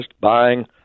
buying